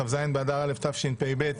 כ"ז באדר א' תשפ"ב,